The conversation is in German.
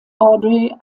audrey